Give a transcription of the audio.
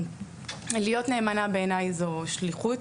להיות נאמנה בעיני זו שליחות,